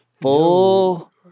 full